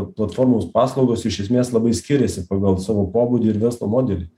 platformos paslaugos iš esmės labai skiriasi pagal savo pobūdį ir verslo modelį